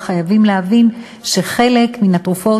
וחייבים להבין שחלק מהתרופות,